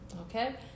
Okay